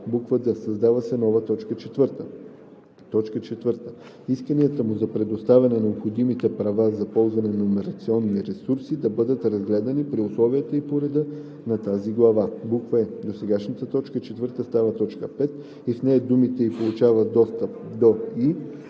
глава;“ д) създава се нова т. 4: „4. исканията му за предоставяне на необходимите права за ползване на номерационни ресурси да бъдат разгледани при условията и по реда на тази глава;“ е) досегашната т. 4 става т. 5 и в нея думите „и получава достъп до и“